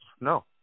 no